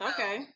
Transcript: Okay